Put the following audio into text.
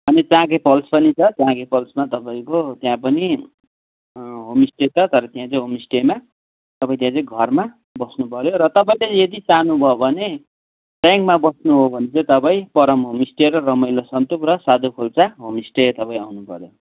अनि छाँगे फल्स पनि छ छाँगे फल्समा तपाईँको त्यहाँ पनि होमस्टे छ तर त्यहाँ चाहिँ होमस्टेमा तपाईँले चाहिँ घरमा बस्नु पऱ्यो र तपाईँले यदि चाहानुभयो भने टेन्टमा बस्नु हो भने चाहिँ तपाईँ परम होमस्टे र रमाइलो सन्तोक र साधु खोल्सा होमस्टे तपाईँ आउनु पऱ्यो